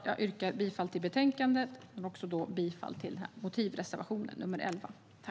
Jag yrkar bifall till utskottets förslag i betänkandet och bifall till vår motivreservation nr 11.